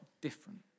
different